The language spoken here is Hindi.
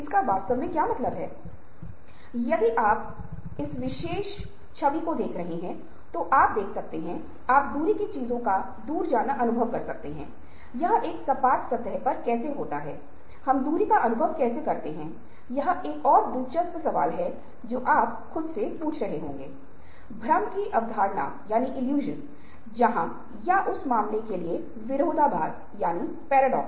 इसका मतलब है कि कुछ शर्तों को पूरा करना चाहिए जो कि न्यायशीश से विश्वसनीय हो